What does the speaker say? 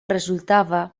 resultava